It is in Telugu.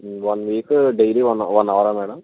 one week daily one one అవరా మేడం